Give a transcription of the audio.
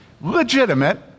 legitimate